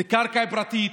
זו קרקע פרטית.